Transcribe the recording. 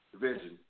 division